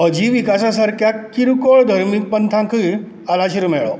अजीविकासा सारक्या किरकोळ धर्मीक पंथांकय आलाशिरो मेळ्ळो